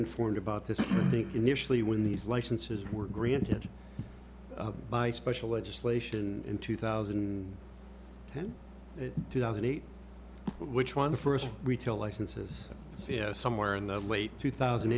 informed about this i think initially when these licenses were granted by special legislation in two thousand and two thousand and eight which ones first retail licenses somewhere in the late two thousand